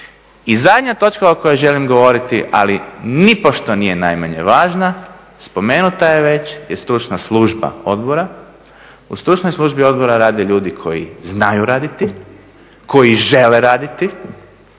I zadnja točka o kojoj želim govoriti, ali nipošto nije najmanje važna spomenuta je već stručna služba odbora. U stručnoj službi odbora rade ljudi koji znaju raditi, koji žele raditi.